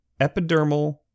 Epidermal